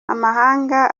amahanga